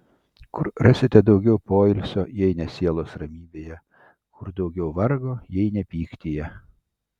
kur rasite daugiau poilsio jei ne sielos ramybėje kur daugiau vargo jei ne pyktyje